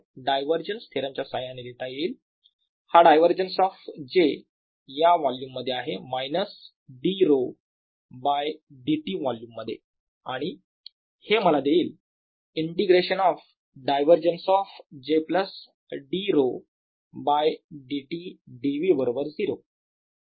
divergence theorem च्या सहाय्याने लिहिता येईल हा डायवरजन्स ऑफ j या वोल्युम मध्ये आहे minus d𝛒 by dt volume मध्ये आणि हे मला देईल integration of divergence of j d𝛒 by dt dv बरोबर 0